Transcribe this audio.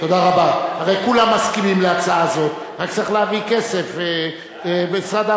את הצעת חוק עבודת נשים (תיקון, זכות להיעדר